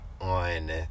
on